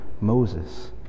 Moses